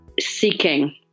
seeking